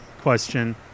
question